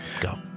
Go